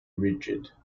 rigid